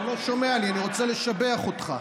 הוא לא שומע לי, אני רוצה לשבח אותך.